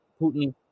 Putin